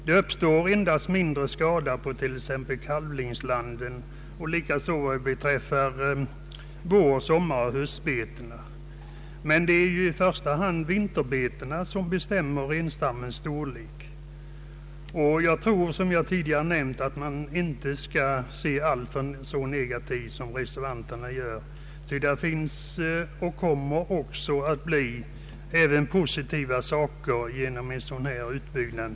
Det uppstår t.ex. endast mindre skada på kalvningslanden. Vår-, sommaroch höstbetena berörs också i mindre grad. Det är i första hand vinterbetena som bestämmer renstammens storlek. Jag tror inte att man skall se så negativt på denna fråga som reservanterna gör, ty det finns och kommer att finnas positiva ting förknippade med en utbyggnad.